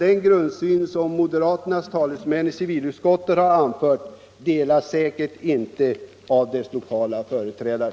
Den grundsyn som moderaternas talesmän i civilutskottet anlagt delas säkert inte av moderata samlingspartiets lokala företrädare.